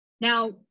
now